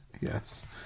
Yes